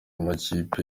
amakipe